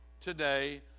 today